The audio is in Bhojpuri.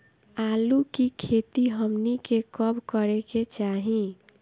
आलू की खेती हमनी के कब करें के चाही?